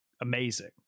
amazing